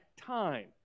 time